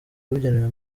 yabugenewe